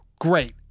great